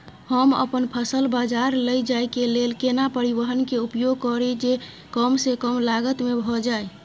हम अपन फसल बाजार लैय जाय के लेल केना परिवहन के उपयोग करिये जे कम स कम लागत में भ जाय?